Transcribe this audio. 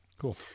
Cool